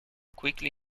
quickly